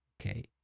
Okay